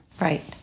Right